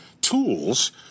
tools